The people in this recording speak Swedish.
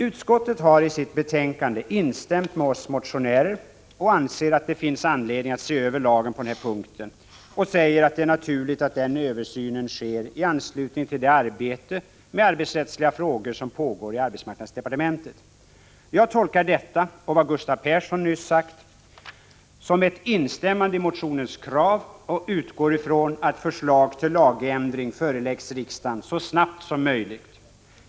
Utskottet har i sitt betänkande instämt i motionen och anser att det finns anledning att se över lagen på denna punkt. Man säger att det är naturligt att översynen skall ske i anslutning till det arbete med arbetsrättsliga frågor som pågår inom arbetsmarknadsdepartementet. Jag har tolkat detta och vad Gustav Persson nyss sade som ett instämmande i motionens krav och utgår från att ett förslag till lagändring föreläggs riksdagen snarast möjligt.